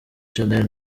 shanel